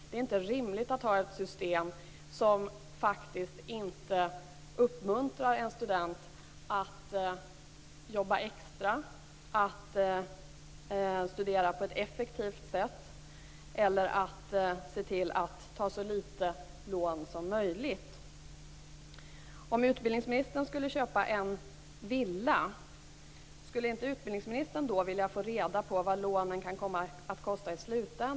Det är inte rimligt att ha ett system som faktiskt inte uppmuntrar en student att jobba extra, att studera på ett effektivt sätt eller att se till att ta så litet lån som möjligt. Om utbildningsministern köper en villa, skulle inte utbildningsministern då vilja få reda på vad lånen kan komma att kosta i slutändan?